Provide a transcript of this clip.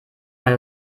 man